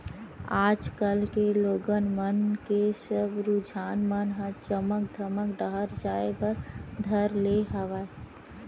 आज कल के लोगन मन के सब रुझान मन ह चमक धमक डाहर जाय बर धर ले हवय